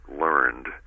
learned